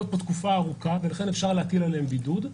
פה תקופה ארוכה ולכן אפשר להטיל עליהם בידוד,